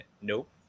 nope